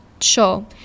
Sure